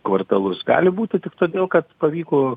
kvartalus gali būti tik todėl kad pavyko